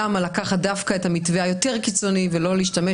למה לקחת דווקא את המתווה היותר קיצוני ולא להשתמש